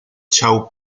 chao